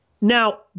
Now